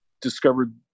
discovered